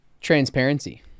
transparency